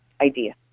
idea